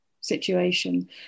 situation